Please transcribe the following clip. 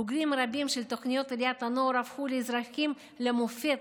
בוגרים רבים של תוכניות עליית הנוער הפכו לאזרחים למופת,